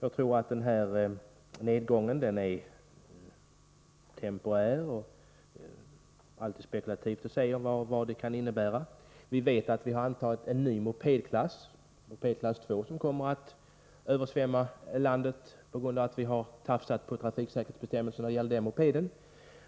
Jag tror att denna nedgång är temporär. Det är alltid spekulativt att säga vad en sådan nedgång kan innebära. Vi vet att en ny mopedklass, mopedklass 2, har antagits. Sådana mopeder kommer säkert att översvämma landet på grund av att vi har tafsat på trafiksäkerhetsbestämmelserna när det gäller den typen av mopeder.